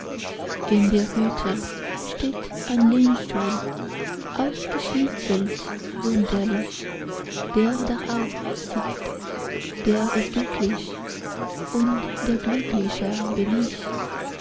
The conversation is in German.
in der hütte steht ein lehnstuhl ausgeschnitzelt wunderlich der darauf sitzt der ist glücklich und der glückliche bin ich